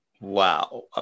Wow